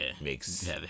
makes